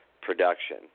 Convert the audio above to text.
production